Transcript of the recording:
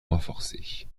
renforcée